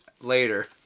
Later